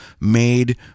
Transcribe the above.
made